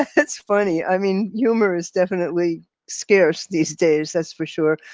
that's that's funny. i mean, humor is, definitely scarce these days, that's for sure.